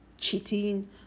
cheating